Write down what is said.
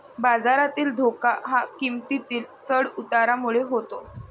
बाजारातील धोका हा किंमतीतील चढ उतारामुळे होतो